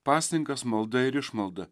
pasninkas malda ir išmalda